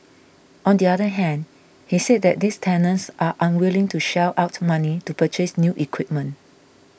on the other hand he said that these tenants are unwilling to shell out money to purchase new equipment